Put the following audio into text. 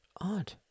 odd